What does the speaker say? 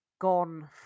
gone